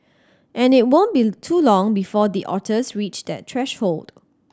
and it won't be too long before the otters reach that threshold